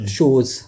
Shows